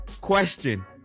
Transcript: question